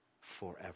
forever